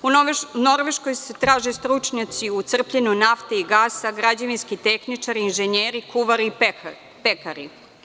U Norveškoj se traže stručnjaci u crpljenju nafte i gasa, građevinski tehničari, inženjeri, kuvari i pekari.